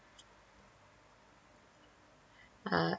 err